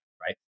right